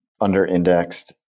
under-indexed